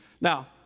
Now